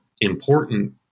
important